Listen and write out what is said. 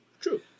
True